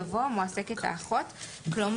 במקום "נמצא בית החולה" יבוא "מועסקת האחות"; כלומר,